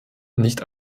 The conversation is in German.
nicht